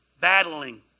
battling